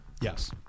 Yes